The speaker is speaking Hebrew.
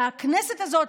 והכנסת הזאת,